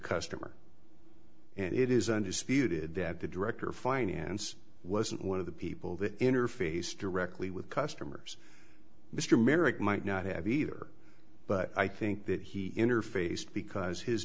customer and it is under speeded that the director of finance wasn't one of the people that interface directly with customers mr merrick might not have either but i think that he interfaced because his